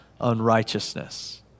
unrighteousness